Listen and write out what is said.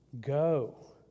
go